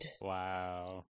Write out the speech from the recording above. Wow